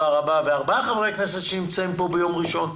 הצבעה אושר ארבעת חברי הכנסת שנמצאים כאן ביום ראשון,